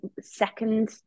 second